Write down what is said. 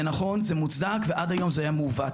זה נכון, זה מוצדק ועד היום זה היה מעוות.